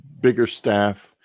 Biggerstaff